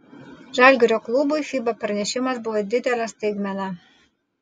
žalgirio klubui fiba pranešimas buvo didelė staigmena